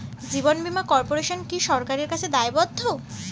জীবন বীমা কর্পোরেশন কি সরকারের কাছে দায়বদ্ধ?